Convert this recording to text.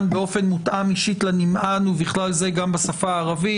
באופן מותאם אישית לנמען ובכלל זה גם בשפה הערבית.